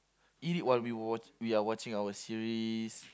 eat it while we were watch we are watching our series